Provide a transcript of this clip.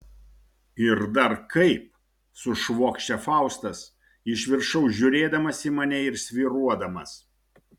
ir dar kaip sušvokščia faustas iš viršaus žiūrėdamas į mane ir svyruodamas